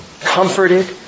comforted